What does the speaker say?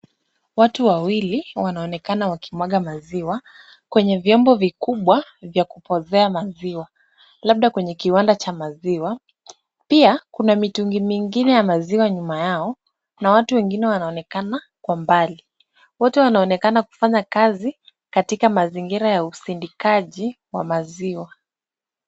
Watu wawili wanaonekana wakimwaga maziwa kwenye vyombo vikubwa vya kupokea maziwa labda kwenye kiwanda cha maziwa. Pia, kuna mitungi mingine ya maziwa nyuma yao na watu wengine wanaonekana kwa mbali. Wote wanaonekana kufanya kazi katika mazingira ya usindikaji wa maziwa.